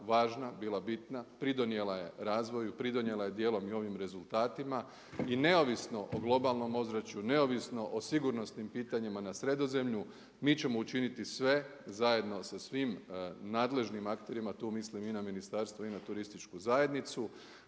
važna, bila bitna, pridonijela je razvoju, pridonijela je dijelom i ovim rezultatima i neovisno o globalnom ozračuju, neovisno o sigurnosnim pitanjima na Sredozemlju, mi ćemo učiniti sve zajedno sa svim nadležnim akterima, tu mislim i na ministarstvo i na turističku zajednicu